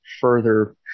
further